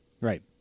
right